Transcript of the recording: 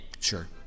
sure